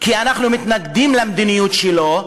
כי אנחנו מתנגדים למדיניות שלו,